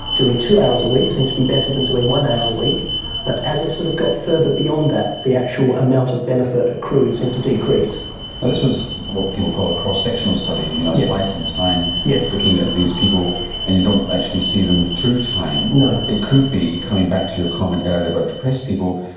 doing two hours a week seemed to be better than doing one hour a week but as it sort of got further beyond that the actual amount of benefit accrued seemed to decrease. now this was what people call a cross-sectional study, a slice in time yeah looking at these people and you don't actually see them through time. it could be, coming back to your comment earlier about depressed people,